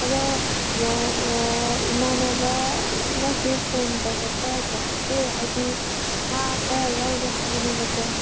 ꯑꯗꯣ ꯏꯃꯥꯟꯅꯕꯅꯁꯨ ꯐꯣꯟ ꯇꯧꯔꯛꯄ ꯌꯥꯏꯀꯣ ꯏꯆꯦ ꯍꯥꯏꯗꯤ ꯃꯥ ꯈꯔ ꯂꯧꯒꯦ ꯍꯥꯏꯕꯅꯦꯕꯀꯣ